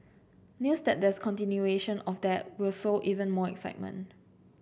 news that there's continuation of that will sow even more excitement